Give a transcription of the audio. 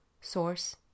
source